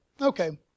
Okay